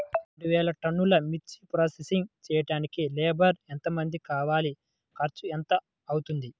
రెండు వేలు టన్నుల మిర్చి ప్రోసెసింగ్ చేయడానికి లేబర్ ఎంతమంది కావాలి, ఖర్చు ఎంత అవుతుంది?